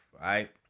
Right